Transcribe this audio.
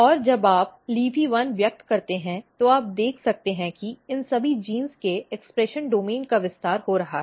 और जब आप LEAFY 1 व्यक्त करते हैं तो आप देख सकते हैं कि इन सभी जीनों के अभिव्यक्ति डोमेन का विस्तार हो रहा है